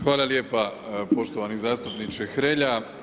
Hvala lijepa poštovani zastupniče Hrelja.